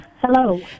hello